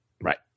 Right